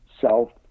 self